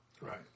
right